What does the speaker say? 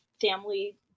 family